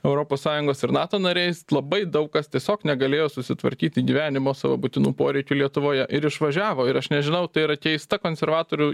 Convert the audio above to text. europos sąjungos ir nato nariais labai daug kas tiesiog negalėjo susitvarkyti gyvenimo savo būtinų poreikių lietuvoje ir išvažiavo ir aš nežinau tai yra keista konservatorių